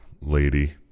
lady